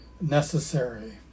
necessary